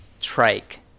trike